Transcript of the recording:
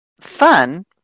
fun